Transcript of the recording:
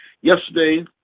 yesterday